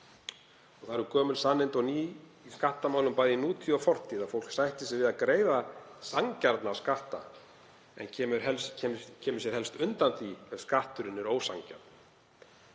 Það eru gömul sannindi og ný í skattamálum, bæði í nútíð og fortíð, að fólk sættir sig við að greiða sanngjarna skatta en kemur sér helst undan því ef skatturinn er ósanngjarn.